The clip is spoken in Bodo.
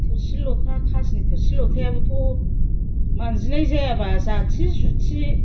थोरसि लथा खास नि थोरसि लथायाबोथ' मानजिनाय जायाबा जाथि जुथि